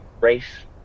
race